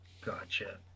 Gotcha